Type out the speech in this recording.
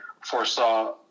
foresaw